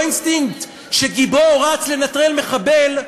לאינסטינקט שגיבור רץ לנטרל מחבל.